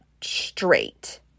straight